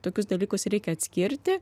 tokius dalykus reikia atskirti